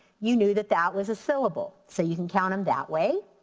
you knew that that was a syllable. so you can count them that way.